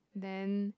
then